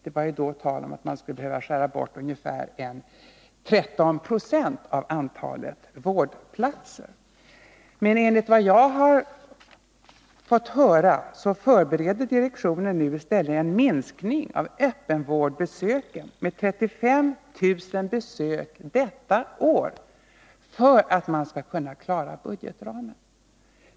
Det var då tal om att man skulle behöva skära bort ungefär 13 96 av antalet vårdplatser. Men enligt vad jag har fått höra förbereder direktionen nu i stället en minskning av antalet öppenvårdsbesök med 35 000 besök detta år för att kunna klara budgetramarna.